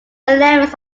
elements